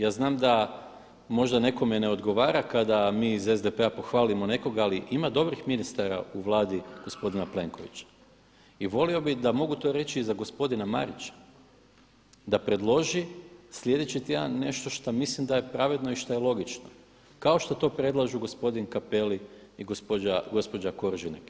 Ja znam da možda nekome ne odgovara kada mi iz SDP-a pohvalimo nekoga ali ima dobrih ministara u Vladi gospodina Plenkovića i volio bi da mogu to reći i za gospodina Marića da predloži slijedeći tjedan nešto što mislim da je pravedno i šta je logično kao što to predlažu gospodin Cappelli i gospođa Koržinek.